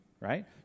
right